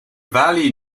valley